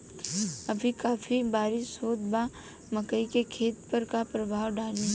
अभी काफी बरिस होत बा मकई के खेत पर का प्रभाव डालि?